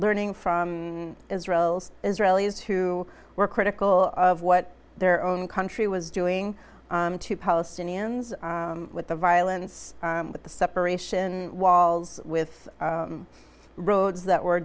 learning from israel's israelis who were critical of what their own country was doing to palestinians with the violence with the separation walls with roads that were